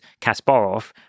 Kasparov